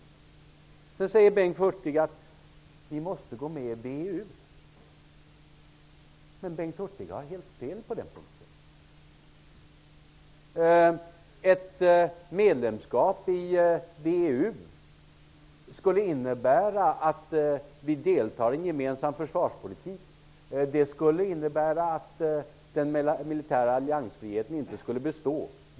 Vidare säger Bengt Hurtig att Sverige måste gå med i VEU. Men Bengt Hurtig har helt fel på den punkten. Ett medlemskap i VEU skulle innebära att vi deltar i en gemensam försvarspolitik. Det skulle i sin tur innebära att den militära alliansfriheten inte skulle bestå.